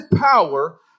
power